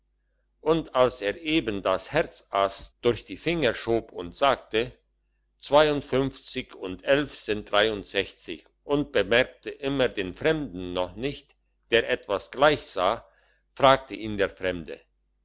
und als er eben das herz ass durch die finger schob und sagte zweiundfünfzig und elf sind dreiundsechzig und bemerkte immer den fremden noch nicht der etwas gleichsah fragte ihn der fremde